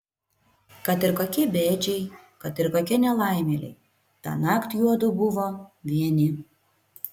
kad ir kokie bėdžiai kad ir kokie nelaimėliai tąnakt juodu buvo vieni